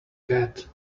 get